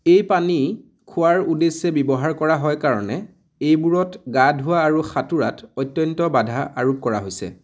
এই পানী খোৱাৰ উদ্দেশ্যে ব্যৱহাৰ কৰা হয় কাৰণে এইবোৰত গা ধুৱা আৰু সাঁতোৰাত অত্যন্ত বাধা আৰোপ কৰা হৈছে